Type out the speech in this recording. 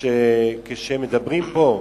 שכשמדברים פה,